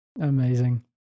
Amazing